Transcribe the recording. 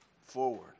forward